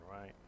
right